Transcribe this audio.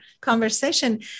conversation